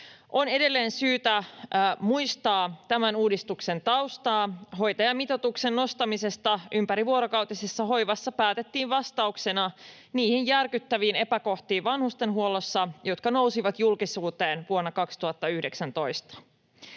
On edelleen syytä muistaa tämän uudistuksen taustaa. Hoitajamitoituksen nostamisesta ympärivuorokautisessa hoivassa päätettiin vastauksena niihin järkyttäviin epäkohtiin vanhustenhuollossa, jotka nousivat julkisuuteen vuonna 2019.